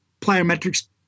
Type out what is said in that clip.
plyometrics